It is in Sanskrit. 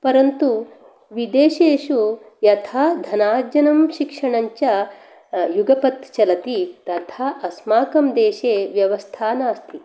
परन्तु विदेशेषु यथा धनार्जनं शिक्षणञ्च युगपत् चलति तथा अस्माकं देशे व्यवस्था नास्ति